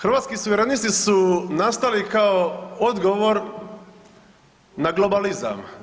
Hrvatski suverenisti su nastali kao odgovor na globalizam.